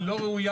היא לא ראויה.